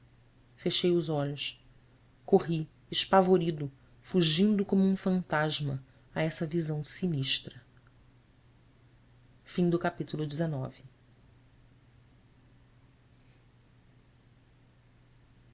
fechei os olhos corri espavorido fugindo como um fantasma a essa visão sinistra sim